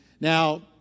now